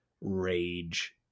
rage